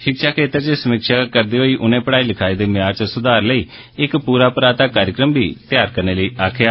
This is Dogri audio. शिक्षा क्षेत्र दे समीक्षा करदे होई उने पढ़ाई लिखाई दे म्यार च सुधार करने लेई इक पूरा पराता कार्यक्रम बी तैयार करने लेई आक्खेआ